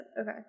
Okay